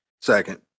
Second